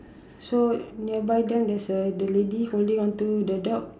so near by them there is a the lady holding on to the dog